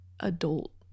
adult